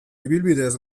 ibilbideez